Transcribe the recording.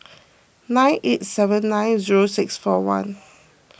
nine eight seven nine zero six four one